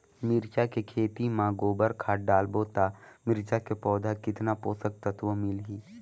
मिरचा के खेती मां गोबर खाद डालबो ता मिरचा के पौधा कितन पोषक तत्व मिलही?